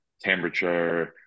temperature